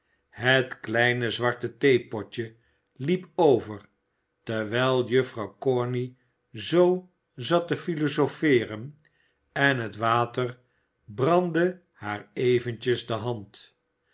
het kleine zwarte theepotje liep over terwijl juffrouw corney zoo zat te philosopheeren en het water brandde haar eventjes de hand